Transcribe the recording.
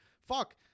Fuck